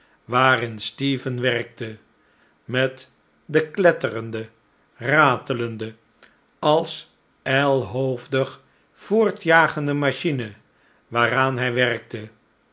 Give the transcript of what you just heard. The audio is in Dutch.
waarin stephen werkte met de kletterende ratelende als ijlhoofdig voortjagende machine waaraan hi werkte